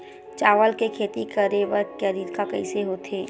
चावल के खेती करेके तरीका कइसे होथे?